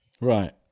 right